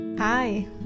Hi